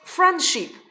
Friendship